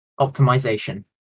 Optimization